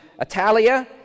Italia